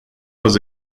was